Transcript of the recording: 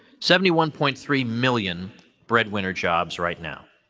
seventy one point three million breadwinner jobs, right now.